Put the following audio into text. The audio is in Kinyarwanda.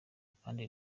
kandi